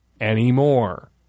anymore